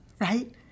right